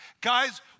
guys